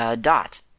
dot